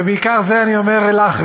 ואת זה אני אומר בעיקר לך,